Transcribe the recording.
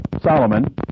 Solomon